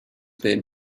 been